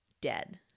Dead